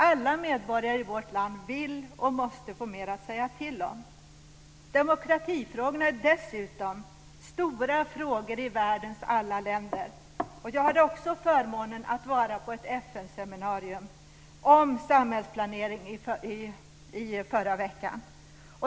Alla medborgare i vårt land vill ha och måste få mer att säga till om. Demokratifrågorna är dessutom stora i världens alla länder. Jag hade också förmånen att vara på ett FN-seminarium om samhällsplanering i förra veckan.